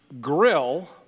grill